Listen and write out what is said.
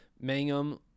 Mangum